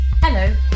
Hello